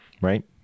Right